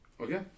Okay